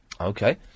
Okay